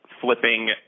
flipping